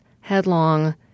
headlong